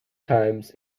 times